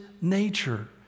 nature